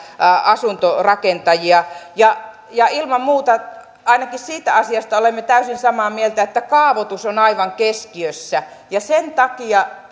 asuntorakentajia ilman muuta ainakin siitä asiasta olemme täysin samaa mieltä että kaavoitus on aivan keskiössä ja sen takia